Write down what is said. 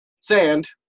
sand